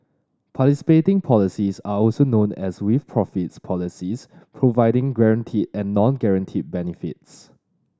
participating policies are also known as 'with profits' policies providing both guarantee and non guarantee benefits